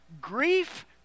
Grief